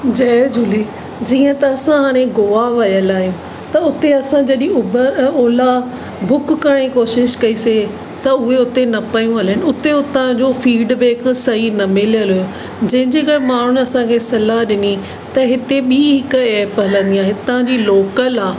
जय झूले जीअं त असां हाणे गोआ वियल आहियूं त हुते असां जॾहिं उबर ओला बुक करण जी कोशिशि कईसीं त उहे उते न पियूं हलनि उते उतां जो फीडबेक सही न मिलियल हुयो जंहिंजे करे माण्हुनि असांखे सलाहु ॾिनी त हिते ॿी हिकु एप हलंदी आहे हितां जी लोकल आहे